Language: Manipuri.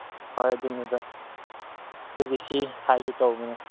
ꯍꯣꯏ ꯑꯗꯨꯅꯤꯗ ꯑꯗꯨꯒꯤ ꯁꯤ ꯍꯥꯏꯒꯦ ꯇꯧꯕꯅꯤ